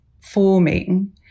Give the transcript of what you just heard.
forming